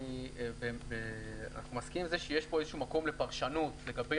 אני מסכים עם זה שיש פה איזשהו מקום לפרשנות לגבי